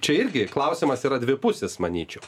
čia irgi klausimas yra dvipusis manyčiau